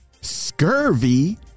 Scurvy